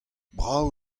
brav